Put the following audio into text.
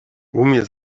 umie